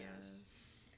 Yes